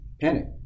panic